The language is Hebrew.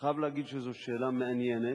אני חייב להגיד שזו שאלה מעניינת,